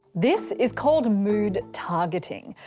this is called mood targeting.